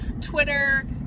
Twitter